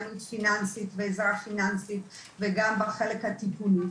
הפיננסי, וגם בחלק הטיפולי.